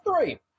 Three